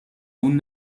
اون